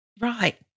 Right